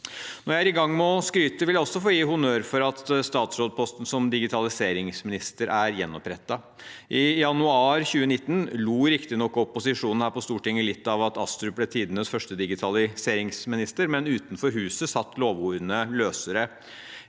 Når jeg er i gang med å skryte, vil jeg også få gi honnør for at statsrådposten som digitaliseringsminister er gjenopprettet. I januar 2019 lo riktignok opposisjonen her på Stortinget litt av at Astrup ble tidenes første digitaliseringsminister, men utenfor huset satt lovordene løsere.